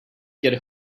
get